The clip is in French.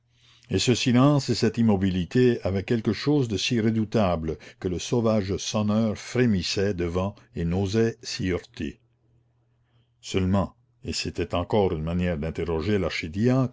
et ce silence et cette immobilité avaient quelque chose de si redoutable que le sauvage sonneur frémissait devant et n'osait s'y heurter seulement et c'était encore une manière d'interroger